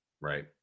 Right